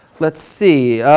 let's see,